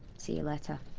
see you later.